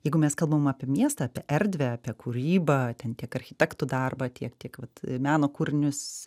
jeigu mes kalbam apie miestą apie erdvę apie kūrybą ten tiek architektų darbą tiek tiek vat meno kūrinius